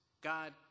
God